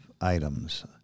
items